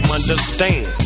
understand